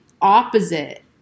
opposite